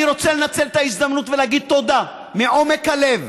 אני רוצה לנצל את ההזדמנות ולהגיד תודה מעומק הלב